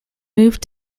moved